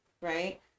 right